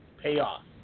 payoff